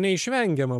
neišvengiama bu